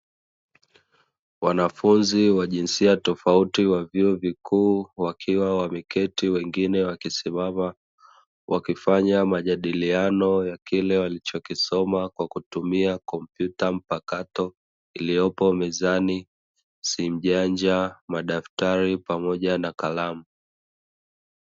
Wanafunzi wa jinsia tofauti wa vyuo vikuu wakiwa wameketi wengine wakisimama, wakifanya majadiliao ya kile walichokisoma kutumia kompyuta mpakato iliyopo mezani, simu janja, madaftari pamoja na kalamu.